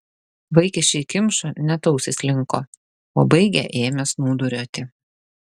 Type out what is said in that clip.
vaikiščiai kimšo net ausys linko o baigę ėmė snūduriuoti